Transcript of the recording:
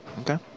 Okay